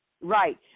Right